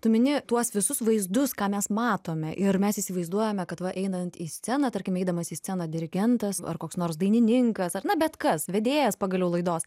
tu mini tuos visus vaizdus ką mes matome ir mes įsivaizduojame kad va einant į sceną tarkim eidamas į sceną dirigentas ar koks nors dainininkas ar na bet kas vedėjas pagaliau laidos